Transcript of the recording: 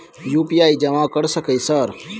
UPI जमा कर सके सर?